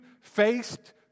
faced